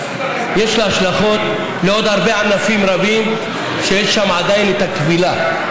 יש לה השלכות על עוד הרבה ענפים שעדיין יש בהם את הכבילה.